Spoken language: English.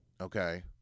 Okay